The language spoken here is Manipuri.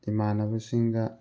ꯏꯃꯥꯟꯅꯕꯁꯤꯡꯒ